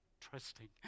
trusting